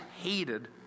hated